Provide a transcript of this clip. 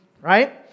right